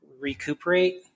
recuperate